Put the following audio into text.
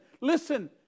listen